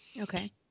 Okay